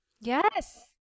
Yes